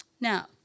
now